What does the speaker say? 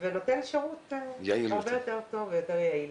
ונותן שירות הרבה יותר טוב והרבה יותר יעיל.